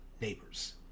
neighbors